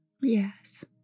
Yes